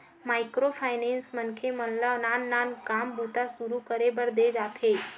micro finance मनखे मन ल नान नान काम बूता सुरू करे बर देय जाथे